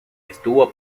estuvo